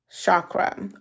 chakra